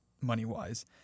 money-wise